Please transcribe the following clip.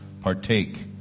partake